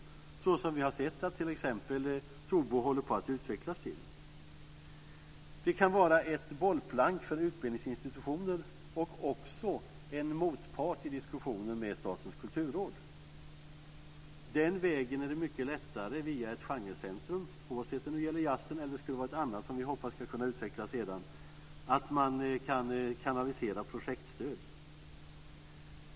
Det har vi sett att t.ex. Tobo håller på att utvecklas till. Det kan vara ett bollplank för utbildningsinstitutioner, och också en motpart i diskussioner med Statens kulturråd. Den vägen blir det mycket lättare, alltså via ett genrecentrum, oavsett om det gäller jazzen eller något annat som vi hoppas ska kunna utvecklas senare, att kanalisera projektstöd.